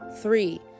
three